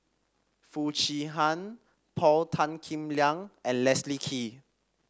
Foo Chee Han Paul Tan Kim Liang and Leslie Kee